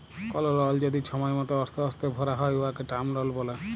call লল যদি ছময় মত অস্তে অস্তে ভ্যরা হ্যয় উয়াকে টার্ম লল ব্যলে